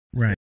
Right